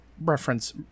reference